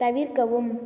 தவிர்க்கவும்